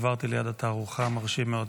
עברתי ליד התערוכה, מרשים מאוד.